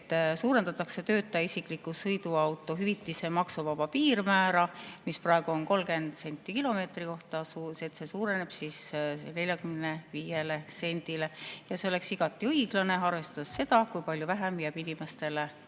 suurendatakse töötaja isikliku sõiduauto hüvitise maksuvaba piirmäära, mis praegu on 30 senti kilomeetri kohta, see suureneb 45 sendile. See oleks igati õiglane, arvestades seda, kui palju vähem jääb inimestele